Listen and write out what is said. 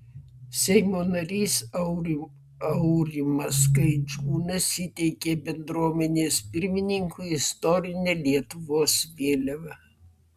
seimo narys aurimas gaidžiūnas įteikė bendruomenės pirmininkui istorinę lietuvos vėliavą